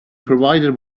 provided